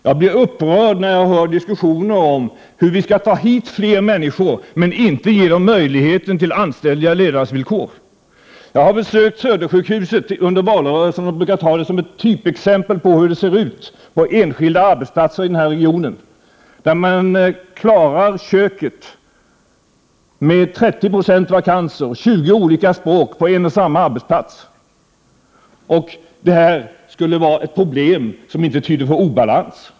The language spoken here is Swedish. Jag blir upprörd när jag hör diskussioner om hur vi skall ta hit fler människor utan att samtidigt tala om hur dessa skall få möjlighet till anständiga levnadsvillkor. Jag har besökt Södersjukhuset under valrörelsen och brukar anföra det som ett typexempel på hur det ser ut på enskilda arbetsplatser i den här regionen. I köket arbetar man med 30 26 vakanser, och man har 20 olika språk på samma arbetsplats. Skulle detta vara problem som inte tyder på obalans?